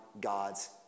God's